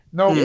no